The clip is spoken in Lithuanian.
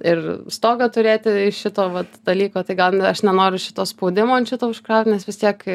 ir stogą turėti iš šito vat dalyko tai gal ne aš nenoriu šito spaudimo ant šito užkraut nes vis tiek